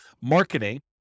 marketing